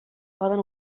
poden